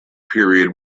period